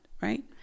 right